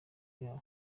yabo